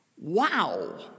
Wow